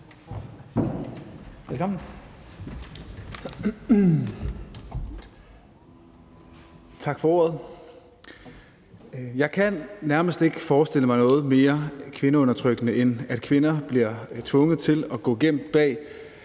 Tak for ordet. Jeg kan nærmest ikke forestille mig noget mere kvindeundertrykkende, end når kvinder bliver tvunget til at gå gemt bag